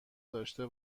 داشته